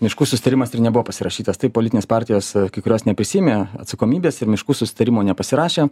miškų susitarimas ir nebuvo pasirašytas tai politinės partijos kai kurios neprisiėmė atsakomybės ir miškų susitarimo nepasirašė